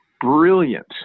brilliant